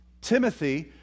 Timothy